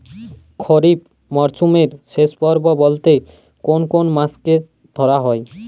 খরিপ মরসুমের শেষ পর্ব বলতে কোন কোন মাস কে ধরা হয়?